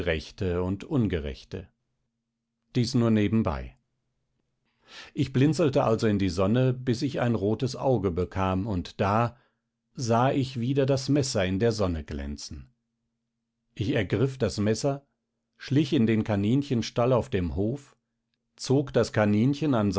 und ungerechte dies nur nebenbei ich blinzelte also in die sonne bis ich ein rotes auge bekam und da sah ich wieder das messer in der sonne glänzen ich ergriff das messer schlich in den kaninchenstall auf dem hof zog das kaninchen